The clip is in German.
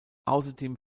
außerdem